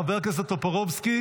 חבר הכנסת טופורובסקי.